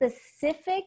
specific